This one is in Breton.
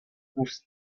ouzh